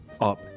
up